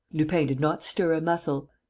lupin did not stir a muscle.